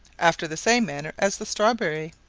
after the same manner as the strawberry.